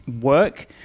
work